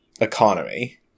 economy